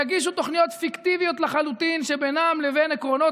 יגישו תוכניות פיקטיביות לחלוטין שבינן לבין עקרונות